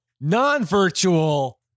non-virtual